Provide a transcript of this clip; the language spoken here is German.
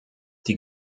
die